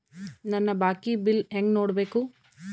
ನನ್ನ ಬಾಕಿ ಬಿಲ್ ಹೆಂಗ ನೋಡ್ಬೇಕು?